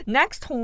next